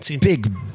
big